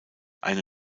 eine